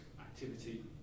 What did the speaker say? activity